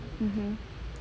mmhmm